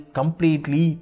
completely